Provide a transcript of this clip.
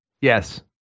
Yes